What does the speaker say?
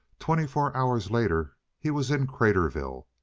twenty-four hours later he was in craterville.